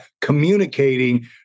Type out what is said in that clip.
communicating